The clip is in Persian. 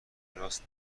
راست